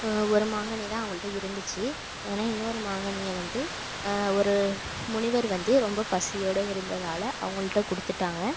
ஒரு மாங்கனி தான் அவங்கள்ட்ட இருந்துச்சு ஏன்னா இன்னொரு மாங்கனியை வந்து ஒரு முனிவர் வந்து ரொம்ப பசியோடு இருந்ததால் அவங்கள்ட்ட கொடுத்துட்டாங்க